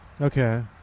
Okay